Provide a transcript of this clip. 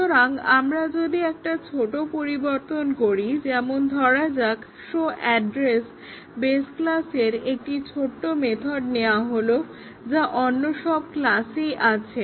সুতরাং আমরা যদি একটা ছোট পরিবর্তন করি যেমন ধরা যাক শো এ্যড্রেস বেস ক্লাসের একটি ছোট্ট মেথড নেওয়া হলো যা অন্য সব ক্লাসেই আছে